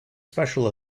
special